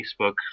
Facebook